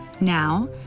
Now